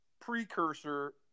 precursor